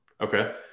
Okay